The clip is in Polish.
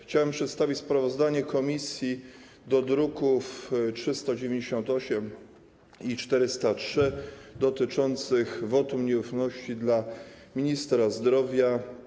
Chciałbym przedstawić sprawozdanie komisji co do druków nr 398 i 403 dotyczących wotum nieufności dla ministra zdrowia.